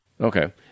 Okay